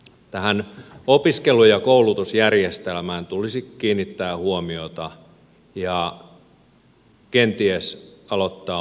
tähän opiskelu ja koulutusjärjestelmään tulisi kiinnittää huomiota ja kenties aloittaa opiskelu aikaisemmin